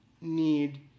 need